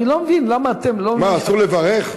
אני לא מבין למה אתם לא, מה, אסור לברך?